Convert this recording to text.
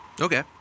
Okay